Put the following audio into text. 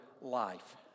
life